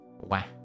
Wow